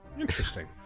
Interesting